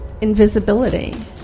invisibility